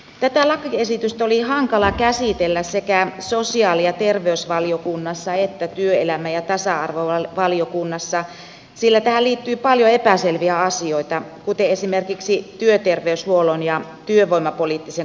tätä lakiesitystä oli hankala käsitellä sekä sosiaali ja terveysvaliokunnassa että työelämä ja tasa arvovaliokunnassa sillä tähän liittyy paljon epäselviä asioita kuten esimerkiksi työterveyshuollon ja työvoimapoliittisen koulutuksen asema